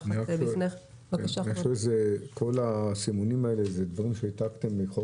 כל הסימונים האלה זה דברים שהעתקתם מחוק